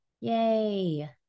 Yay